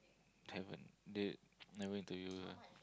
haven't they never interview her